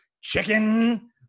Chicken